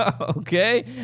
Okay